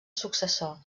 successor